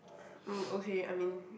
mm okay I mean